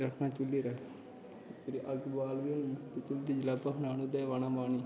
रक्खना चुल्ले पर फिर अग्ग बालियै पतीला जिसलै भखना ते उसदै च पाना पानी